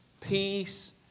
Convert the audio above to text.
peace